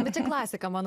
bet čia klasika man